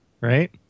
right